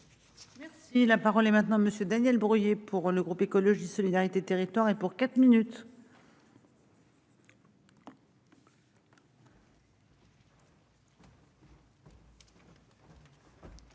Merci. Et la parole est maintenant monsieur Daniel Breuiller pour le groupe Écologie Solidarité territoire et pour quatre minutes.